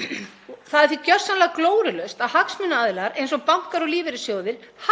Það er því gjörsamlega glórulaust að hagsmunaaðilar eins og bankar og lífeyrissjóðir